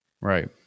right